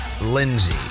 Lindsay